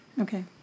Okay